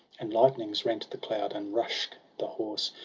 and lightnings rent the cloud and ruksh, the horse.